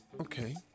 Okay